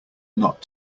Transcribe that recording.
not